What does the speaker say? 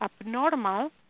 abnormal